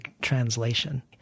translation